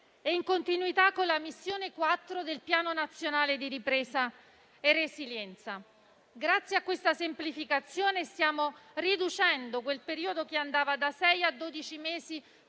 e in continuità con la missione 4 del Piano nazionale di ripresa e resilienza. Grazie a questa semplificazione stiamo riducendo quel periodo che andava da sei